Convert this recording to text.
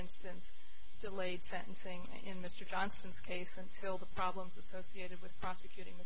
instance delayed sentencing in mr johnson's case until the problems associated with prosecuting